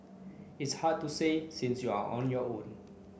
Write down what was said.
it's hard to say since you're on your own